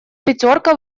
пятерка